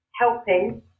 helping